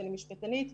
אני משפטנית,